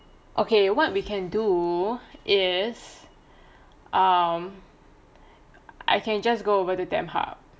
okay what we can do is um I can just go over to tamp hub